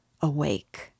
awake